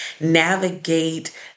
navigate